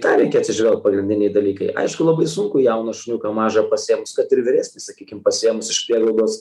tą reikia atsižvelgt pagrindiniai dalykai aišku labai sunku jauną šuniuką mažą pasiėmus kad ir vyresnis sakykim pasiėmus iš prieglaudos